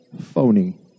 phony